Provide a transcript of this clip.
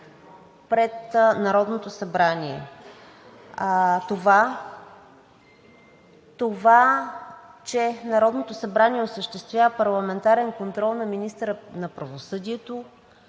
пред Народното събрание. А това, че Народното събрание осъществява парламентарен контрол на министъра на правосъдието,